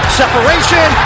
separation